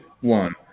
one